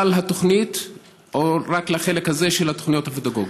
התוכנית או רק לחלק הזה של התוכניות הפדגוגיות?